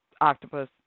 Octopus